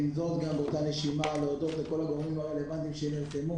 באותה נשימה אני רוצה להודות לכל הגורמים הרלוונטיים שנרתמו